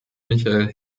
michael